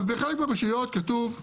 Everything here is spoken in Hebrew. אז בחלק מהרשויות כתוב: